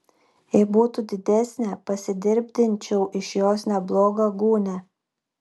jei būtų didesnė pasidirbdinčiau iš jos neblogą gūnią